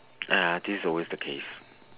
!aiya! this is always the case